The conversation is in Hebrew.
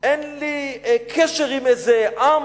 אין לי קשר עם איזה עם